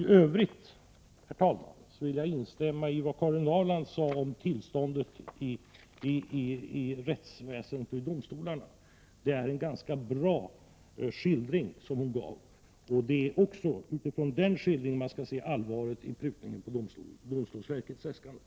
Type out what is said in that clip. I övrigt vill jag instämma i vad Karin Ahrland sade om tillståndet inom rättsväsendet och i domstolarna. Hon gav en ganska bra skildring därav. Det är också utifrån den skildringen man skall se allvaret i prutningen på domstolsverkets äskande.